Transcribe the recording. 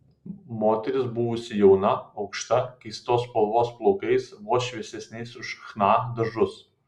moteris buvusi jauna aukšta keistos spalvos plaukais vos šviesesniais už chna dažus